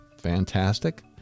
fantastic